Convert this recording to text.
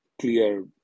clear